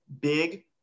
big